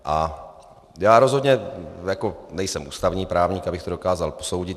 A já rozhodně nejsem ústavní právník, abych to dokázal posoudit.